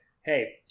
hey